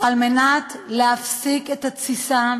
על מנת להפסיק את התסיסה